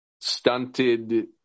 stunted